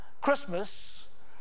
Christmas